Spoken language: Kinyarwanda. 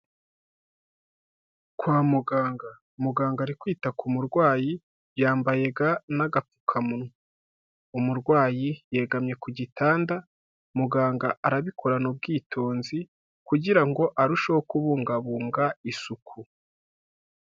Kwa muganga, muganga ari kwita ku murwayi, yambaye ga n'agapfukamunwa. Umurwayi yegamye ku gitanda, muganga arabikorana ubwitonzi, kugira ngo arusheho kubungabunga isuku.